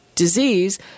disease